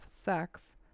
sex